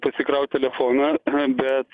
pasikraut telefoną bet